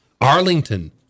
Arlington